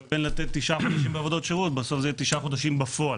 מתכוון לתת תשעה חודשים עבודות שירות - בסוף זה יהיה תשעה חודשים בפועל.